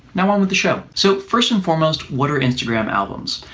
now on with the show! so, first and foremost what are instagram albums?